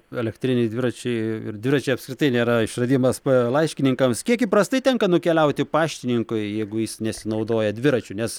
elektriniai dviračiai ir dviračiai apskritai nėra išradimas laiškininkams kiek įprastai tenka nukeliauti paštininkui jeigu jis nesinaudoja dviračiu nes